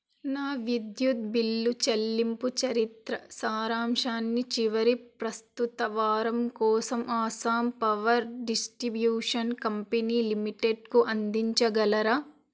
నా విద్యుత్ బిల్లు చెల్లింపు చరిత్ర సారాంశాన్ని చివరి ప్రస్తుత వారం కోసం అస్సాం పవర్ డిస్ట్రిబ్యూషన్ కంపెనీ లిమిటెడ్కు అందించగలరా